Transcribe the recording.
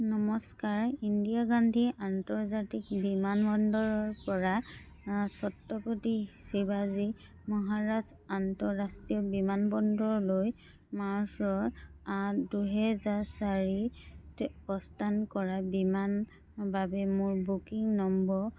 নমস্কাৰ ইন্দিৰা গান্ধী আন্তৰ্জাতিক বিমানবন্দৰৰ পৰা ছত্ৰপতি শিৱাজী মহাৰাজ আন্তঃৰাষ্ট্ৰীয় বিমানবন্দৰলৈ মাৰ্চৰ আঠ দুহেজাৰ চাৰিত প্ৰস্থান কৰা বিমানৰ বাবে মোৰ বুকিং নম্বৰ